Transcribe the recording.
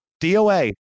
DOA